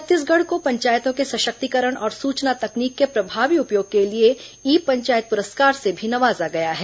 छत्तीसगढ़ को पंचायतों के सशिक्तकरण और सूचना तकनीक के प्रभावी उपयोग के लिए ई पंचायत पुरस्कार से भी नवाजा गया है